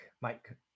Mike